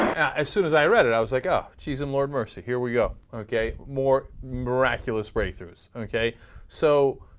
as soon as i read and i was like a she's a more mercy here we go ok more miraculous braces ok so